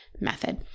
method